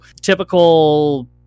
typical